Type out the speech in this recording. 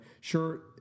Sure